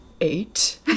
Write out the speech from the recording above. eight